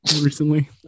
recently